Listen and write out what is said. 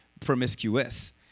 promiscuous